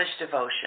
devotion